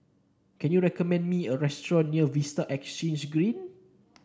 can you recommend me a restaurant near Vista Exhange Green